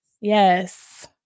yes